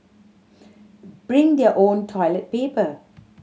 bring their own toilet paper